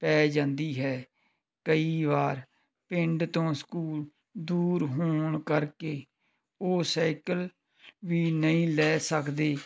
ਪੈ ਜਾਂਦੀ ਹੈ ਕਈ ਵਾਰ ਪਿੰਡ ਤੋਂ ਸਕੂਲ ਦੂਰ ਹੋਣ ਕਰਕੇ ਉਹ ਸਾਈਕਲ ਵੀ ਨਹੀਂ ਲੈ ਸਕਦੇ